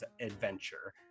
adventure